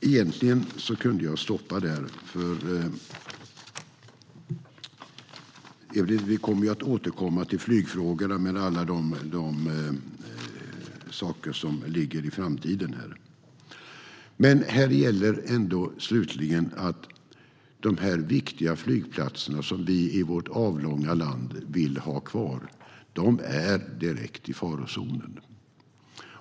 Jag skulle kunna sluta där, eftersom vi kommer att återkomma till flygfrågorna för framtiden. Men jag vill slutligen säga att de viktiga flygplatser som vi vill ha kvar i vårt avlånga land är direkt i farozonen.